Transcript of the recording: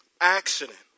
accident